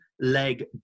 leg